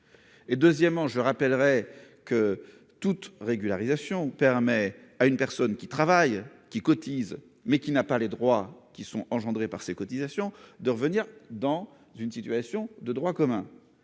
et, deuxièmement, je rappellerai que toute régularisation permet à une personne qui travaille qui cotise mais qui n'a pas les droits qui sont engendrés par ces cotisations de revenir dans une situation de droit commun